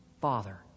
father